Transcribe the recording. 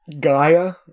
gaia